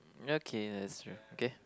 okay that's true okay